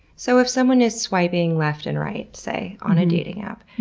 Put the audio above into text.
so if someone is swiping left and right, say, on a dating app,